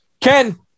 Ken